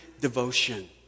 devotion